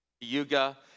yuga